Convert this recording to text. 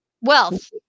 Wealth